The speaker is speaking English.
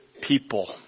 people